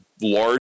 large